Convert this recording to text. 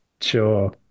Sure